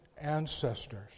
ancestors